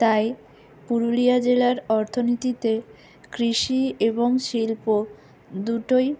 তাই পুরুলিয়া জেলার অর্থনীতিতে কৃষি এবং শিল্প দুটোই